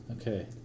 Okay